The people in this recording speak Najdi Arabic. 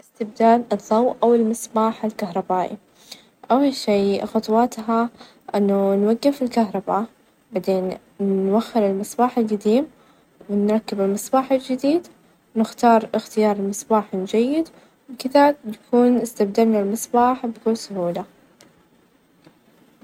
كيف أسوي طبق سلطة فواكه بسيطة، نحتاج أول شي نقطع تفاحتين، وموز ،وبرتقال، وكوب من العنب، كوب من الفراولة ،وعصير ليمون ،وعسل، أو سكر إختياري، نقطعهم مع بعض ،ونحطهم ،ونخلطهم ،وكذا نحصل على طبق سلطة فواكه لذيذة ،وبالعافية.